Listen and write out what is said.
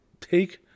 take